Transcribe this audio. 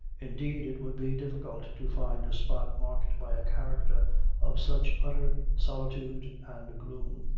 indeed, it would be difficult to find a spot marked by a character of such utter solitude and gloom.